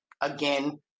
Again